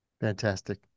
Fantastic